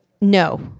No